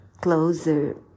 closer